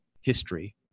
history